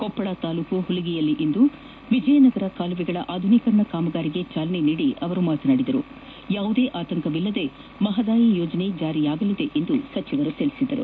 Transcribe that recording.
ಕೊಪ್ಪಳ ತಾಲೂಕಿನ ಹುಲಗಿಯಲ್ಲಿಂದು ವಿಜಯನಗರ ಕಾಲುವೆಗಳ ಆಧುನೀಕರಣ ಕಾಮಗಾರಿಗೆ ಚಾಲನೆ ನೀಡಿ ಮಾತನಾಡಿದ ಅವರು ಯಾವುದೇ ಆತಂಕವಿಲ್ಲದೆ ಮಹದಾಯಿ ಯೋಜನೆ ಜಾರಿಯಾಗಲಿದೆ ಎಂದು ಹೇಳಿದರು